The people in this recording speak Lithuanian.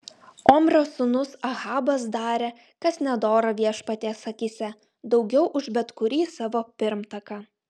omrio sūnus ahabas darė kas nedora viešpaties akyse daugiau už bet kurį savo pirmtaką